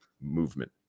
movement